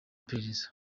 iperereza